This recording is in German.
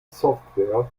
software